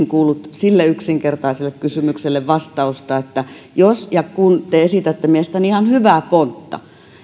kuullut sille yksinkertaiselle kysymykselle vastausta että jos ja kun te esitätte mielestäni ihan hyvää pontta